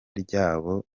ryabo